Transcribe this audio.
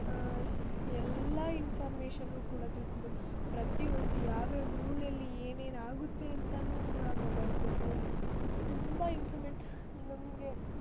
ಎಲ್ಲ ಇನ್ಫಾರ್ಮೇಶನ್ನು ಕೂಡ ತಿಳ್ಕೊಬೋದು ಪ್ರತಿಯೊಂದು ಯಾವ್ಯಾವ ಮೂಲೆಯಲ್ಲಿ ಏನೇನು ಆಗುತ್ತೆ ಅಂತನೂ ಕೂಡ ಮೊಬೈಲಲ್ಲಿ ತಿಳ್ಕೊಬೋದು ತುಂಬ ಇಂಪ್ರೂವ್ಮೆಂಟ್ ನಮಗೆ